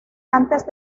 antes